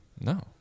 No